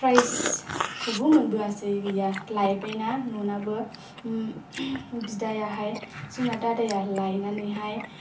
prize खौबो मोनबोआसै गैया लायबायना न'नाबो बिदायाहाय जोंना दादाया लायनानैहाय